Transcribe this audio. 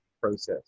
process